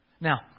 Now